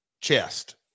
chest